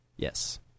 Yes